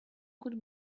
could